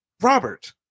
Robert